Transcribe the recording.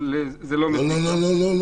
לא, לא.